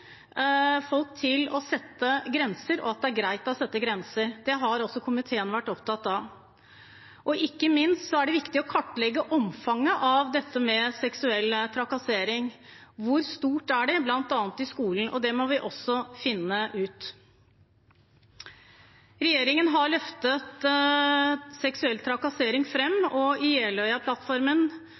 folk til å sette grenser, og at det er greit å sette grenser, har også komiteen vært opptatt av. Ikke minst er det viktig å kartlegge omfanget av seksuell trakassering. Hvor stort er det, bl.a. i skolen? Det må vi også finne ut. Regjeringen har løftet seksuell trakassering fram, og